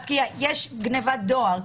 יש גניבת דואר,